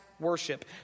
worship